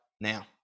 now